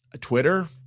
Twitter